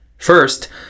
First